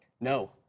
No